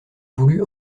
voulu